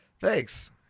Thanks